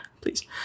Please